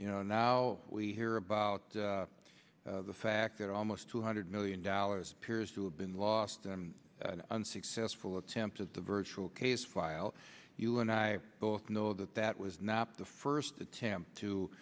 you know now we hear about the fact that almost two hundred million dollars peers who have been lost in an unsuccessful attempt at the virtual case file you and i both know that that was not the first attempt to